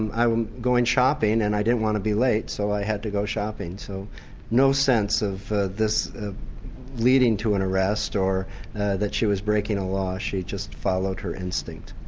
i am going shopping and i didn't want to be late so i had to go shopping. so no sense of this leading to an arrest or that she was breaking a law, she just followed her instinct.